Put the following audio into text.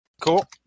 Cool